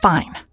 Fine